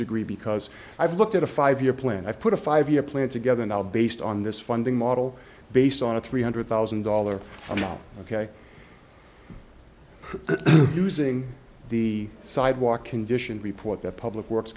degree because i've looked at a five year plan i put a five year plan together now based on this funding model based on a three hundred thousand dollar amount ok using the sidewalk condition report that public works